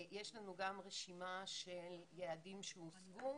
יש לנו גם רשימה של יעדים שהושגו